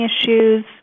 issues